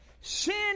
sin